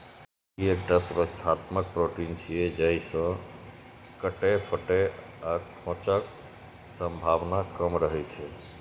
ई एकटा सुरक्षात्मक प्रोटीन छियै, जाहि सं कटै, फटै आ खोंचक संभावना कम रहै छै